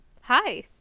Hi